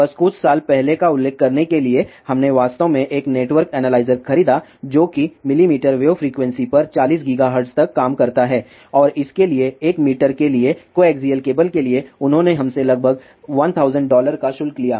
बस कुछ साल पहले का उल्लेख करने के लिए हमने वास्तव में एक नेटवर्क एनालाइज़र खरीदा जो कि मिलीमीटर वेव फ्रीक्वेंसी पर 40 गीगाहर्ट्ज़ तक काम करता है और इसके लिए 1 मीटर के लिए कोएक्सियल केबल के लिए उन्होंने हमसे लगभग 1000 डॉलर का शुल्क लिया